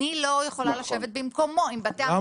אני לא יכולה לשבת במקומו עם בתי המלאכה.